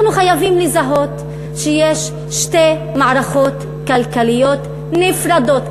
אנחנו חייבים לזהות שיש שתי מערכות כלכליות נפרדות,